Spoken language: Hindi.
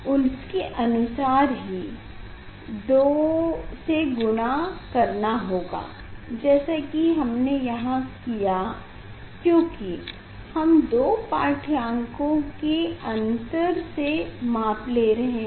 उसके अनुसार ही 2 से गुना करना होगा जैसा की हमने यहाँ किया क्योंकि हम दो पाढ़्यांकों के अन्तर से माप ले रहे हैं